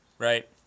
right